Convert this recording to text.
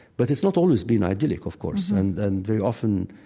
but it's not always been idyllic, of course. and and very often,